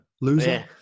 loser